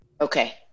Okay